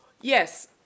Yes